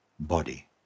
body